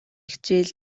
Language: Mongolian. хичээл